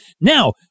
Now